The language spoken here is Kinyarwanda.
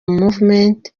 movement